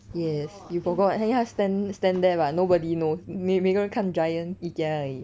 yes you forgot 因为它 stand stand there but nobody knows 每个人看 Giant Ikea 而已